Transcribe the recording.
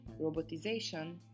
robotization